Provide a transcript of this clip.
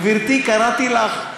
קראתי לך,